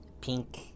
pink